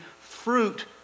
fruit